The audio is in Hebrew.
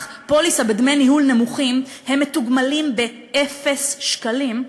פוליסה בדמי ניהול נמוכים הם מתוגמלים באפס שקלים,